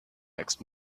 next